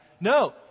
No